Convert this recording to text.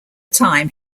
time